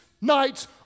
nights